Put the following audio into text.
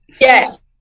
Yes